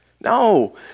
No